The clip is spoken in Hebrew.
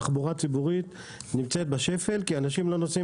תחבורה ציבורית נמצאת בשפל כי אנשים לא נוסעים